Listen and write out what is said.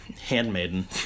handmaiden